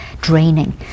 draining